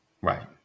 Right